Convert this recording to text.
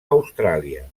austràlia